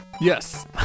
Yes